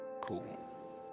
Cool